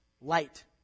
light